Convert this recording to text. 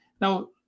Now